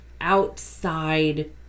outside